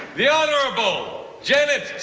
the honorable janet t.